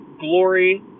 glory